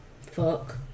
fuck